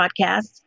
podcasts